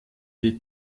die